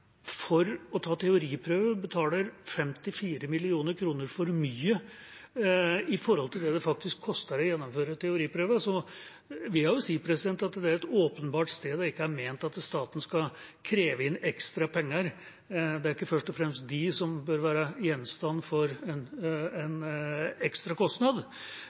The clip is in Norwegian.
å ta sertifikat, betaler 54 mill. kr for mye for å ta teoriprøven i forhold til det det faktisk koster å gjennomføre den, vil jeg jo si at det er et åpenbart sted hvor det ikke er ment at staten skal kreve inn ekstra penger. Det er ikke først og fremst dem som bør være gjenstand for en ekstra kostnad.